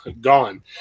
Gone